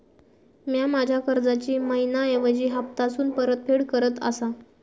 म्या माझ्या कर्जाची मैहिना ऐवजी हप्तासून परतफेड करत आसा